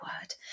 word